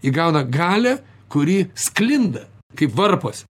įgauna galią kuri sklinda kaip varpas